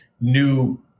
new